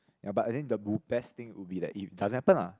ya but I think the b~ best thing would be that it doesn't happen lah